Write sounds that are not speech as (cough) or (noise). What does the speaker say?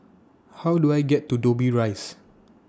How Do I get to Dobbie Rise (noise)